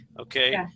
okay